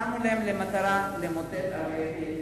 שמו להם למטרה למוטט את ערי הפריפריה.